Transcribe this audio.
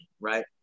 right